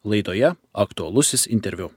laidoje aktualusis interviu